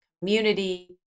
community